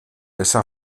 esa